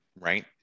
right